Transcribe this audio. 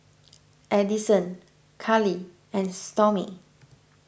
Edison Kali and Stormy